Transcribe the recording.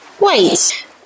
Wait